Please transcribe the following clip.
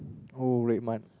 oh RedMart